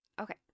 okay